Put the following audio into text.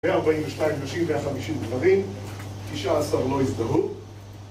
142 נשים 150 גברים, 19 לא הזדהו